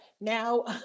Now